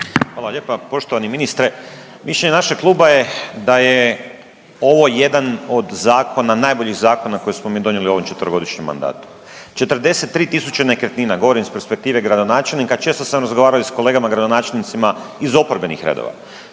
Hvala lijepa. Poštovani ministre mišljenje našeg kluba je da je ovo jedan od zakona, najboljih zakona koje smo mi donijeli u ovom četverogodišnjem mandatu. 43 tisuće nekretnina, govorim iz perspektive gradonačelnika. Često sam razgovarao i s kolegama gradonačelnicima iz oporbenih redova.